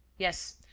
yes,